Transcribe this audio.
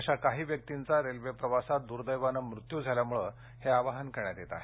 अशा काही व्यक्तिंचा रेल्वे प्रवासात दुर्दैवाने मृत्यु झाल्यामुळं हे आवाहन करण्यात येत आहे